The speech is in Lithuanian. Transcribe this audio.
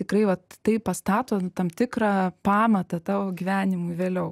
tikrai vat tai pastato tam tikrą pamatą tavo gyvenimui vėliau